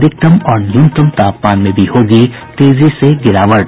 अधिकतम और न्यूनतम तापमान में भी होगी तेजी से गिरावट